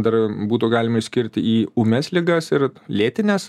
dar būtų galima išskirti į ūmias ligas ir lėtines